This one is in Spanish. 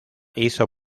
hizo